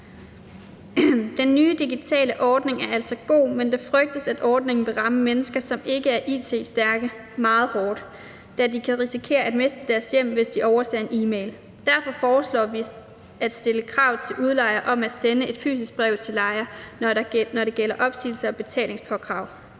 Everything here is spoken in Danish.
Den nye digitale ordning er altså god, men det frygtes, at ordningen vil ramme mennesker, som ikke er it-stærke, meget hårdt, da de kan risikere at miste deres hjem, hvis de overser en e-mail. Derfor foreslår vi at stille krav til udlejer om at sende et fysisk brev til lejer, når det gælder opsigelse og betalingspåkrav.